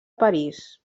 parís